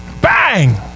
bang